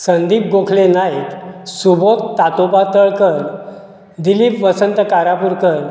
Sandeep Gokhale Naik Subodh Tatoba Talkar Dilip Vasant Karapurkar